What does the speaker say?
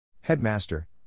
Headmaster